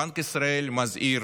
בנק ישראל מזהיר